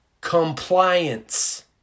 Compliance